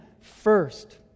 first